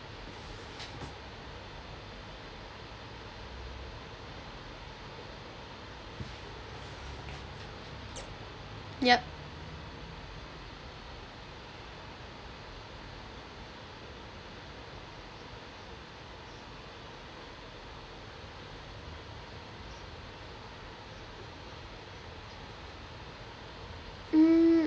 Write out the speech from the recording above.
yup mm